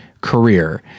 career